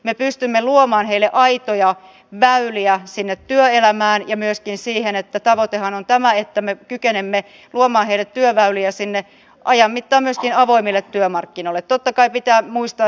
me pystymme luomaan heille aitoja väyliä sinne työelämään ja myöskin siihen että tavoitehan on tämä että me kykenemme luomaan heille työväyliä sinne ajan mittaan myöskin avoimille työmarkkinoille totta kai pitää muistaa